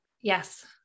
Yes